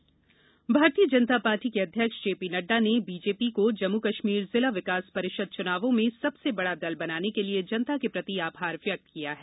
नड्डा जम्मू कश्मीर भारतीय जनता पार्टी के अध्यक्ष जेपी नड्डा ने बीजेपी को जम्मू कश्मीर जिला विकास परिषद च्नावों में सबसे बड़ा दल बनाने के लिए जनता के प्रति आभार व्यक्त किया है